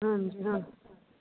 ਹਾਂਜੀ ਹਾਂ